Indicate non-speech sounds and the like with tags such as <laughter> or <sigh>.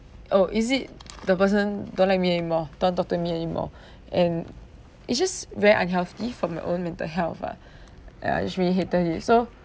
oh is it the person don't like me anymore don't want to talk to me anymore <breath> and it's just very unhealthy for my own mental health ah ya I just really hated it so